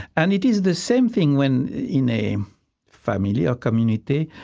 and it is the same thing when, in a family or community,